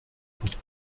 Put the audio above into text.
بود